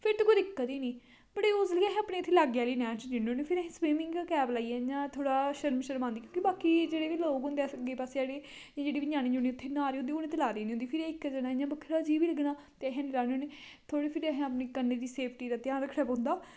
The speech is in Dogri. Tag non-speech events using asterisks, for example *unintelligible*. फिर ते कोई दिक्कत ही निं बट *unintelligible* अस अपने इत्थे लाग्गे आह्ली नैह्र च जन्ने होने फिर असीं स्विमिंग कैप लाइयै इ'यां थोह्ड़ा शर्म शर्म आंदी क्योंकि बाकि जेह्ड़े वी लोक होंदे अस अग्गे पास्से जेह्ड़े एह् जेह्ड़े वी ञ्यानें ञ्यूनें उत्थै न्हा दे होंदे उनैं ते लादी निं होंदी फिर एह् इक जना इ'यां बक्खरा अजीब ही लग्गना ते असी हैनी लान्ने होन्ने थोह्ड़ी फिर असैं अपने कन्नें दी सेफ्टी दा ध्यान रक्खने पौंदा